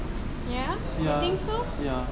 ya you think so